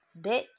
Bitch